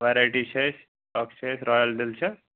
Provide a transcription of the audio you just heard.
variety چھِ اَسہِ اَکھ چھِ اَسہِ رایَل ڈٮ۪لِشَس